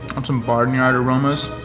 some barnyard aromas,